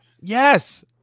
Yes